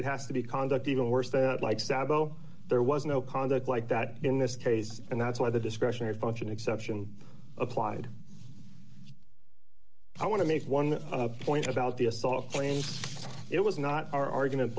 it has to be conduct even worse that like savile there was no conduct like that in this case and that's why the discretionary function exception applied i want to make one point about the assault claims it was not our argument